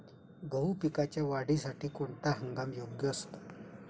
गहू पिकाच्या वाढीसाठी कोणता हंगाम योग्य असतो?